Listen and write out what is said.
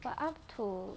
but up to